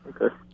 Okay